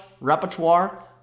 repertoire